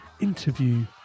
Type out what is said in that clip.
interview